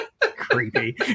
Creepy